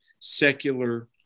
secular